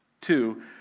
Two